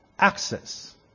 Access